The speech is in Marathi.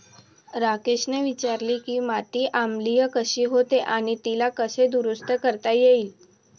राकेशने विचारले की माती आम्लीय कशी होते आणि तिला कसे दुरुस्त करता येईल?